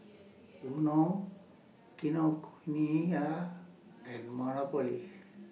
Vono Kinokuniya and Monopoly